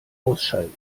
ausschalten